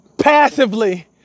passively